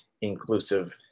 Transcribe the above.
inclusive